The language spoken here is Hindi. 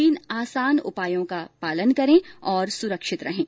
तीन आसान उपायों का पालन करें और सुरक्षित रहें